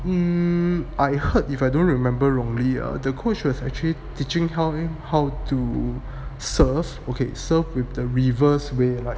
mmhmm I heard if I don't remember wrongly err the coach was actually teaching how him how to serve okay serve with the reverse way like